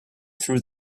threw